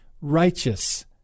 righteous